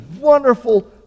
wonderful